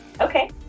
okay